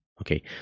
Okay